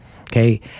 okay